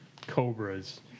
cobras